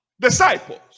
Disciples